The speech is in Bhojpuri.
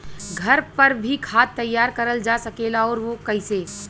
घर पर भी खाद तैयार करल जा सकेला और कैसे?